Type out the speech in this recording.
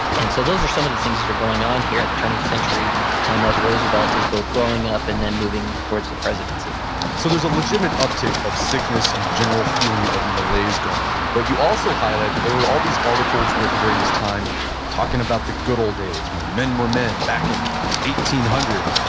and so those are some of the things that are going on here at the turn of the century um as roosevelt is both growing up and then moving towards the presidency so there's a legitimate uptick of sickness and general feeling of malaise going on, but you also highlighted that there were all these articles written during this time talking about the good ole days when men were men back in one thousand eight hundred.